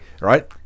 right